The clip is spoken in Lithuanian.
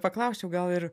paklausčiau gal ir